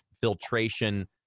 filtration